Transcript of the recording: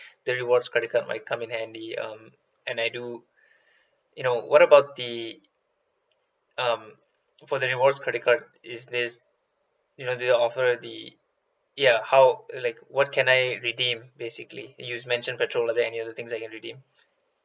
the rewards credit card might come in handy um and I do you know what about the um for the rewards credit card is this you know do you offer the ya how like what can I redeem basically you mentioned pertrol are there any other things I can redeem